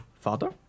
father